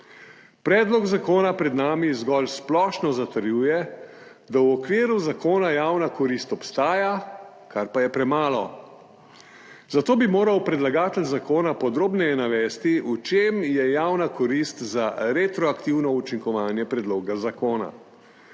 Predlog zakona pred nami zgolj splošno zatrjuje, da v okviru zakona javna korist obstaja, kar pa je premalo, zato bi moral predlagatelj zakona podrobneje navesti, v čem je javna korist za retroaktivno učinkovanje predloga zakona.